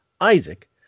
isaac